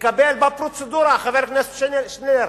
לקבל בפרוצדורה, חבר הכנסת שנלר,